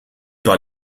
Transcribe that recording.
par